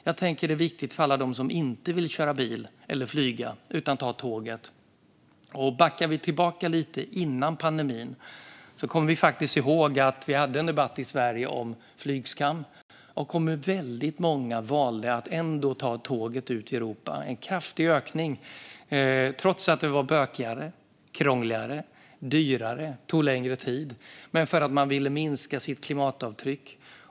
Jag tänker att det är viktigt för alla dem som inte vill köra bil eller flyga utan vill ta tåget. Om vi backar tillbaka lite till före pandemin kommer vi ihåg att vi hade en debatt i Sverige om flygskam och att väldigt många valde att ta tåget ut i Europa. Det var en kraftig ökning, trots att det var bökigare, krångligare, dyrare och tog längre tid, för man ville minska sitt klimatavtryck.